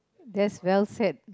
that's well said